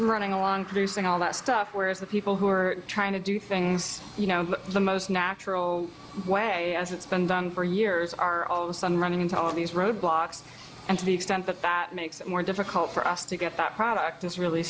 running along producing all that stuff whereas the people who are trying to do things you know the most natural way as it's been done for years are all of a sudden running into all of these roadblocks and to the extent that that makes it more difficult for us to get that product it's really